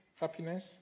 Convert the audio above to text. happiness